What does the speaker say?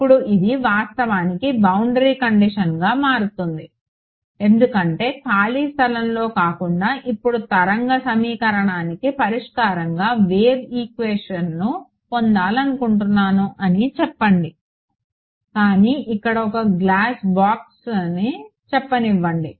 ఇప్పుడు ఇది వాస్తవానికి బౌండరీ కండిషన్గా మారుతుంది ఎందుకంటే ఖాళీ స్థలంలో కాకుండా ఇప్పుడు తరంగ సమీకరణానికి పరిష్కారంగా వేవ్ ఈక్వేషన్ను పొందాలనుకుంటున్నాను అని చెప్పండి కానీ ఇక్కడ ఒక గ్లాస్ బ్లాక్ని చెప్పనివ్వండి